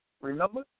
Remember